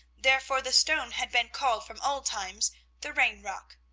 therefore the stone had been called from old times the rain-rock.